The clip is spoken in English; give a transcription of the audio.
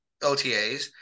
OTAs